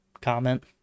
comment